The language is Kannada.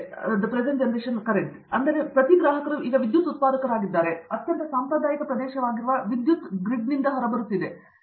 ಆದ್ದರಿಂದ ಪ್ರತಿ ಗ್ರಾಹಕರು ಈಗ ವಿದ್ಯುತ್ ಉತ್ಪಾದಕರಾಗಿದ್ದಾರೆ ಹಾಗಾಗಿ ಅತ್ಯಂತ ಸಾಂಪ್ರದಾಯಿಕ ಪ್ರದೇಶವಾಗಿರುವ ವಿದ್ಯುತ್ ಗ್ರಿಡ್ನಿಂದ ಹೊರಬರುತ್ತದೆ